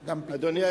אדוני,